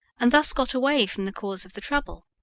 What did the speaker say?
and thus got away from the cause of the trouble.